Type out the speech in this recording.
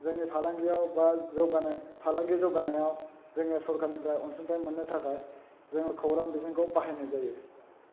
जोंनि फालांगियाव बा जौगानाय फालांगि जौगानायाव जोङो सरकारनिफ्राइ अनसुंथाइ मोननो थाखाय जों खौरां बिजोंखौ बाहायनाय जायो